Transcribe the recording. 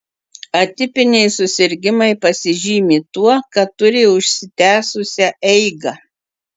atipiniai susirgimai pasižymi tuo kad turi užsitęsusią eigą